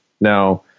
Now